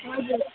हजुर